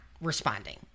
responding